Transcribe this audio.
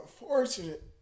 unfortunate